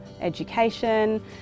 education